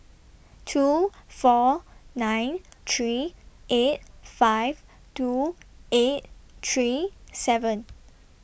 two four nine three eight five two eight three seven